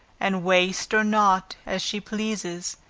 and waste or not, as she pleases